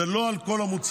זה לא יהיה על כל המוצרים,